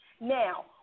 Now